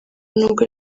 nubwo